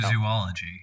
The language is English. zoology